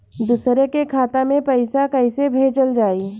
दूसरे के खाता में पइसा केइसे भेजल जाइ?